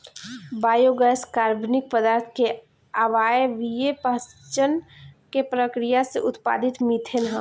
biogas कार्बनिक पदार्थ के अवायवीय पाचन के प्रक्रिया से उत्पादित मिथेन ह